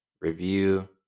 review